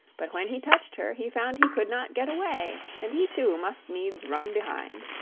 but when he touched her he found he could not get away, and he too must needs run behind.